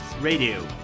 Radio